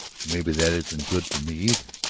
maybe that isn't good for me either,